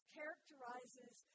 characterizes